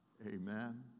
Amen